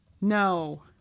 no